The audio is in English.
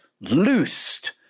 loosed